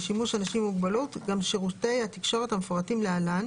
לשימוש אנשים עם מוגבלות גם שירותי התקשורת המפורטים להלן,